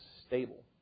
stable